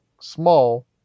small